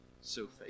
Sophie